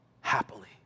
happily